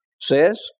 says